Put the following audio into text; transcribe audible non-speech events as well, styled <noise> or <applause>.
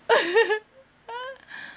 <laughs>